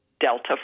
Delta